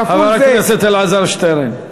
כפול זה, חבר הכנסת אלעזר שטרן.